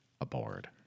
aboard